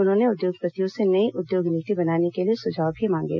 उन्होंने उद्योगपतियों से नई उद्योग नीति बनाने के लिए सुझाव भी मांगे